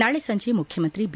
ನಾಳಿ ಸಂಜೆ ಮುಖ್ಯಮಂತ್ರಿ ಬಿ